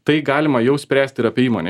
tai galima jau spręst ir apie įmonę